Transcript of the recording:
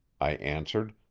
i answered,